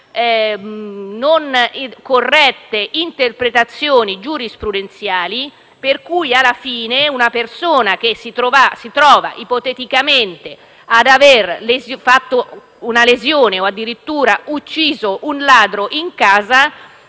non corrette interpretazioni giurisprudenziali per cui, alla fine, una persona che ipoteticamente ha procurato una lesione o addirittura ha ucciso un ladro in casa,